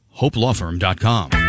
HopeLawFirm.com